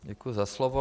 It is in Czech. Děkuji za slovo.